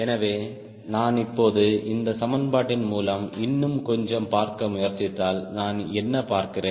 எனவே நான் இப்போது இந்த சமன்பாட்டின் மூலம் இன்னும் கொஞ்சம் பார்க்க முயற்சித்தால் நான் என்ன பார்க்கிறேன்